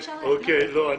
אני